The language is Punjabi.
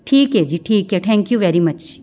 ਠੀਕ ਹੈ ਜੀ ਠੀਕ ਹੈ ਥੈਂਕ ਯੂ ਵੈਰੀ ਮੱਚ